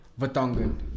Vatongan